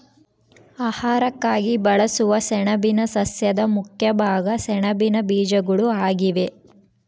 ಆಹಾರಕ್ಕಾಗಿ ಬಳಸುವ ಸೆಣಬಿನ ಸಸ್ಯದ ಮುಖ್ಯ ಭಾಗ ಸೆಣಬಿನ ಬೀಜಗಳು ಆಗಿವೆ